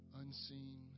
unseen